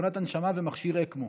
מכונת הנשמה ומכשיר אקמו,